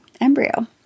embryo